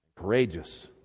courageous